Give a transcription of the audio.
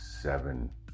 seven